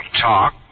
talk